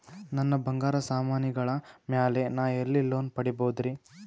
ನನ್ನ ಬಂಗಾರ ಸಾಮಾನಿಗಳ ಮ್ಯಾಲೆ ನಾ ಎಲ್ಲಿ ಲೋನ್ ಪಡಿಬೋದರಿ?